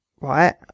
right